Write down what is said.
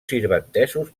sirventesos